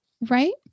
right